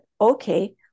Okay